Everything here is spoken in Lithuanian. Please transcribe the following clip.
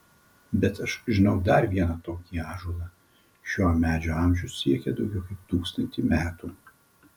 bet aš žinau dar vieną tokį ąžuolą šio medžio amžius siekia daugiau kaip tūkstantį metų